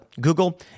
Google